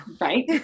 Right